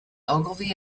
ogilvy